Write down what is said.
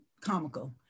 comical